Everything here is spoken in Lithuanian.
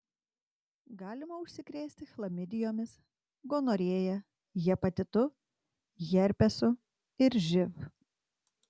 galima užsikrėsti chlamidijomis gonorėja hepatitu herpesu ir živ